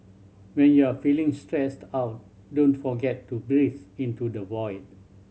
when you are feeling stressed out don't forget to breathe into the void